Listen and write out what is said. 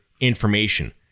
information